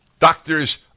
Doctors